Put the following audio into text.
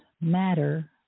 matter